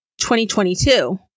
2022